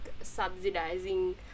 subsidizing